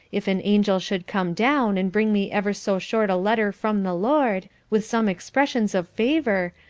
if an angel should come down and bring me ever so short a letter from the lord, with some expressions of favour,